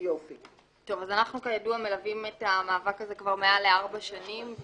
אז אנחנו כידוע מלווים את המאבק הזה כבר מעל לארבע שנים.